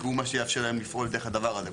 כי הוא מה שיאפשר להם לפעול דרך הדבר הזה.